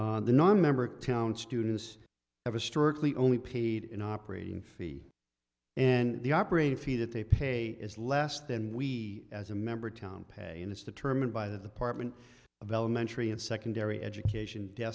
the nonmember town students have historically only paid in operating fee and the operating fee that they pay is less than we as a member town pay and it's determined by the partment of elementary and secondary education